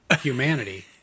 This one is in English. humanity